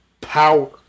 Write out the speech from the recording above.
power